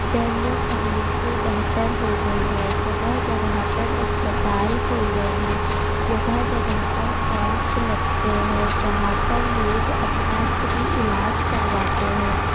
دہلی پہلے سے بہتر ہو گئی ہے جگہ جگہ پر اسپتال کھل گئے ہیں جگہ جگہ پر کیمپ لگتے ہیں جہاں پر لوگ اپنا فری علاج کرواتے ہیں